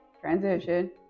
transition